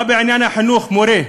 מה בעניין החינוך, מורה?